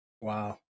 wow